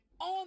on